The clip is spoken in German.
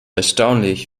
erstaunlich